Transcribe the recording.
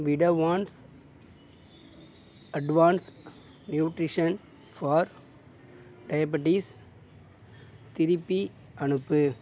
விடவான்ஸ் advance nutrition for diabetes திருப்பி அனுப்பு